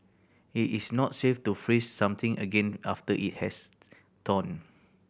it is not safe to freeze something again after it has thawed